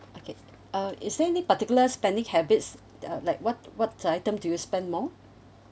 okay uh is there any particular spending habits th~ uh like what what item do you spend more